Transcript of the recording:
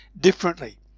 differently